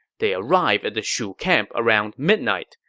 they arrived at the shu camp around midnight.